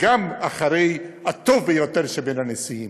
גם אחרי הטוב בנשיאים.